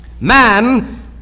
Man